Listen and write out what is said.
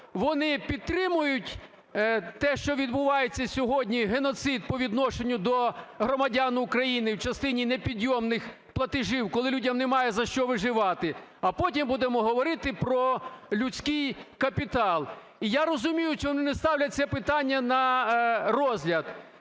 вони підтримують те, що відбувається сьогодні геноцид по відношенню до громадян України в частині непідйомних платежів, коли людям немає за що виживати, а потім будемо говорити про людський капітал. І я розумію, чому вони не ставлять це питання на розгляд.